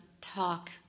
talk